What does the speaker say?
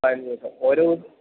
പതിനഞ്ച് ദിവസം ഒരു